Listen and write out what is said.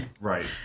right